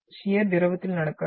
shear திரவத்தில் நடக்காது